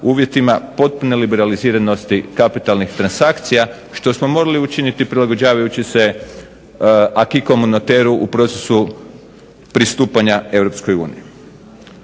uvjetima potpune liberaliziranosti kapitalnih transakcija što smo morali učiniti prilagođavajući se acquis communitaireu u procesu pristupanja EU.